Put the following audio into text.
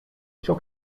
ciò